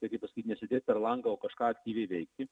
tai kaip pasakyt nesedėt per langą o kažką aktyviai veikti